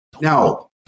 now